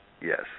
Yes